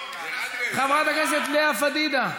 חברת הכנסת לאה פדידה.